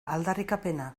aldarrikapena